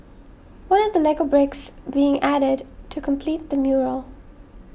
one of the Lego bricks being added to complete the mural